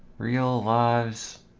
real lives